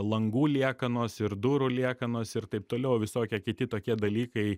langų liekanos ir durų liekanos ir taip toliau visokie kiti tokie dalykai